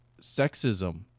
sexism